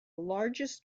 largest